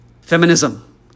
feminism